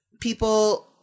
people